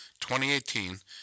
2018